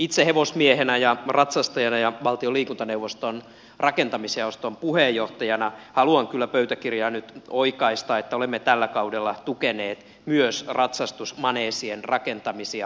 itse hevosmiehenä ja ratsastajana ja valtion liikuntaneuvoston rakentamisjaoston puheenjohtajana haluan kyllä pöytäkirjaan nyt oikaista että olemme tällä kaudella tukeneet myös ratsastusmaneesien rakentamisia tähän maahan